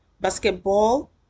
basketball